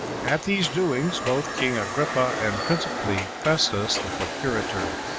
at these doings both king agrippa, and principally festus the procurator,